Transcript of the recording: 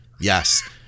Yes